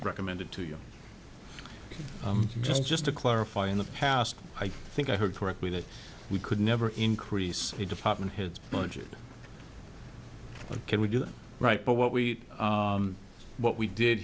recommended to you just just to clarify in the past i think i heard correctly that we could never increase the department his budget can we do it right but what we what we did